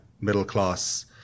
middle-class